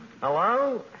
Hello